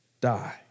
die